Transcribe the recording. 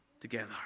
together